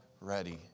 ready